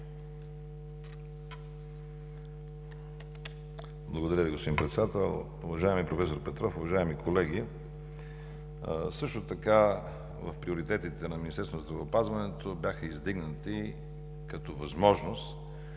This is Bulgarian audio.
Благодаря Ви, господин Председател. Уважаеми проф. Петров, уважаеми колеги! Също така в приоритетите на Министерството на здравеопазването беше издигната като възможност